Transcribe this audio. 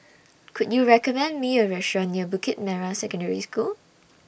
Could YOU recommend Me A Restaurant near Bukit Merah Secondary School